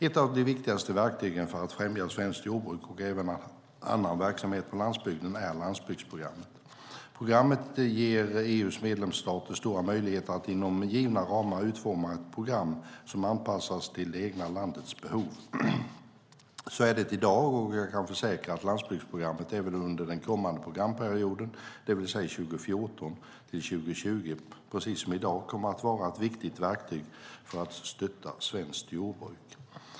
Ett av de viktigaste verktygen för att främja svenskt jordbruk och även annan verksamhet på landsbygden är landsbygdsprogrammet. Programmet ger EU:s medlemsstater stora möjligheter att inom givna ramar utforma ett program som anpassas till det egna landets behov. Så är det i dag, och jag kan försäkra att landsbygdsprogrammet även under den kommande programperioden, det vill säga 2014-2020, precis som i dag kommer att vara ett viktigt verktyg för att stötta svenskt jordbruk.